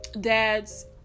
dad's